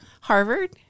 Harvard